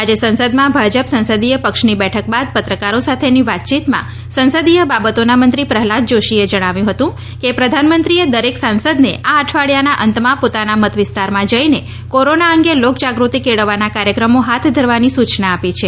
આજે સંસદમાં ભાજપ સંસદીય પક્ષની બેઠક બાદ પત્રકારો સાથેની વાતચીતમાં સંસદીય બાબતોના મંત્રી પ્રહલાદ જોશીએ જણાવ્યું હતું કે પ્રધાનમંત્રીએ દરેક સાંસદને આ અઠવાડિયાના અંતમાં પોતાના મતવિસ્તારમાં જઈને કોરોના અંગે લોક જાગૃતિ કેળવવાના કાર્યક્રમો હાથ ધરવાની સૂચના આપી છે